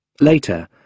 Later